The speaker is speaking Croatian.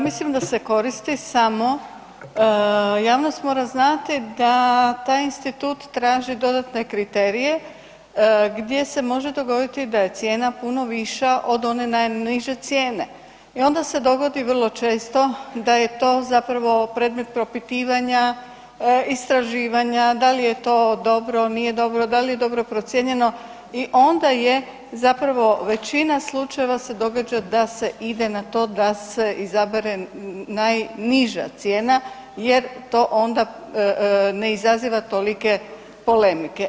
Mislim da se koristi, samo javnost mora znati da taj institut traži dodatne kriterije gdje se može dogoditi da je cijena puno viša od one najniže cijene i onda se dogodi vrlo često da je to zapravo predmet propitivanja, istraživanja, da li je to dobro, nije dobro, da li je dobro procijenjeno i onda je zapravo većina slučajeva se događa da se ide na to da se izabere najniža cijena jer to onda ne izaziva tolike polemike.